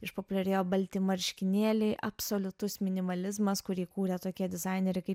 išpopuliarėjo balti marškinėliai absoliutus minimalizmas kurį kūrė tokie dizaineriai kaip